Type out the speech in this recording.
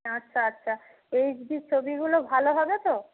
আচ্ছা আচ্ছা H D ছবিগুলো ভালো হবে তো